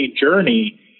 journey